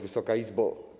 Wysoka Izbo!